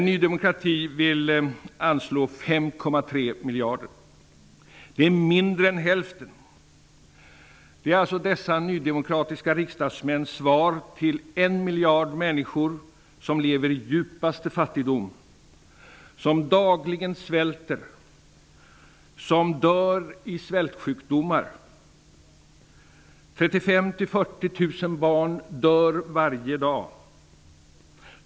Ny demokrati vill anslå 5,3 miljarder. Det är mindre än hälften. Detta är alltså dessa nydemokratiska riksdagsmäns svar till en miljard människor som lever i djupaste fattigdom, som dagligen svälter och som dör i svältsjukdomar. 35 000--40 000 barn dör varje dag.